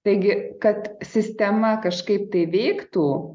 taigi kad sistema kažkaip tai veiktų